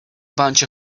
bunch